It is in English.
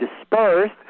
dispersed